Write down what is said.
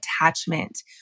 attachment